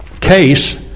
case